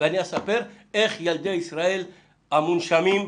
ואספר איך נוסעים ילדי ישראל המונשמים,